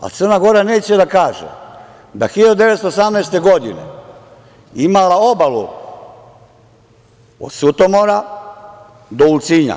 A Crna Gora neće da kaže da je 1918. godine imala obalu od Sutomora do Ulcinja,